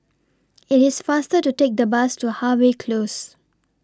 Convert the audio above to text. IT IS faster to Take The Bus to Harvey Close